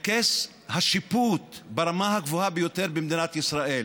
את כס השיפוט ברמה הגבוהה ביותר במדינת ישראל,